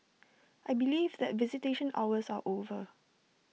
I believe that visitation hours are over